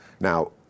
Now